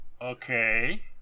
okay